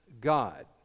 God